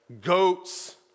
goats